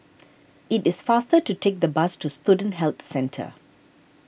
it is faster to take the bus to Student Health Centre